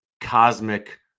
cosmic